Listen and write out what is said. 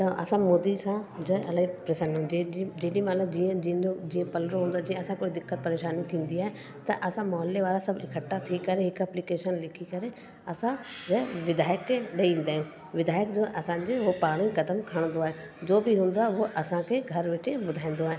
असां मोदी सां जो आहे इलाही प्रसन्न जेॾी जेॾी महिल जीअं जीअं जीअं पलड़ो हुनजे असांजे कोई दिक़त परेशानी थींदी आहे त असां मोहल्ले वारा सभु इकठ्ठा थी करे हिकु एप्लीकेशन लिखी करे असांजो आहे विधायक खे ॾेई ईंदा आहियूं विधायक जो आहे असांजे उहे पाणेई क़दमु खणंदो आहे जो बि हूंदो आहे उहो असांखे घर वेठे ॿुधाईंदो आहे